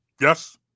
yes